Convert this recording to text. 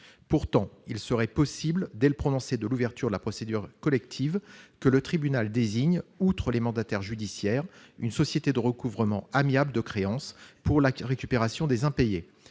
Pourtant, il serait possible dès le prononcé de l'ouverture de la procédure collective que le tribunal désigne, outre les mandataires judiciaires, une société de recouvrement amiable de créances pour la récupération des impayés.